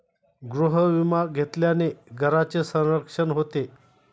गृहविमा घेतल्याने घराचे संरक्षण होते